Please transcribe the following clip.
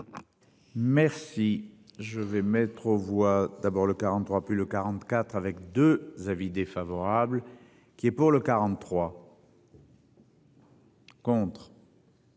Merci je vais mettre aux voix d'abord le 43 plus de 44 avec 2 avis défavorable qui est pour le 43. Contre.